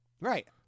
right